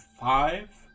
five